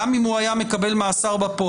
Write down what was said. גם אם הוא היה מקבל מאסר בפועל,